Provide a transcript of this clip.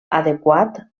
adequat